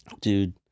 Dude